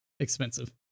Expensive